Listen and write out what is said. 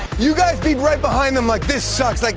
you guys be right behind them like, this sucks. like